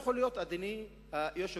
יכול להיות, אדוני היושב-ראש,